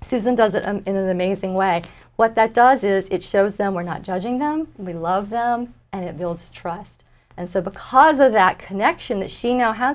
says and does it in an amazing way what that does is it shows them we're not judging them we love them and it builds trust and so because that connection that she now has